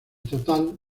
total